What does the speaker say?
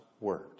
Word